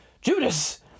Judas